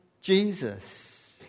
Jesus